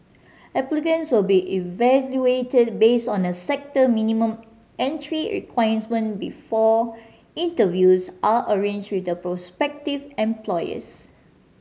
applicants will be evaluated based on a sector minimum entry requirement before interviews are arranged with the prospective employers